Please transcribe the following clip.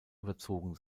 überzogen